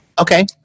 Okay